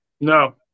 No